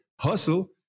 hustle